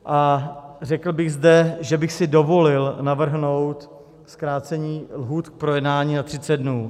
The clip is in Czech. A řekl bych zde, že bych si dovolil navrhnout zkrácení lhůt k projednání na 30 dnů.